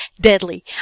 deadly